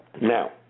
Now